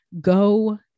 Go